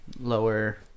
lower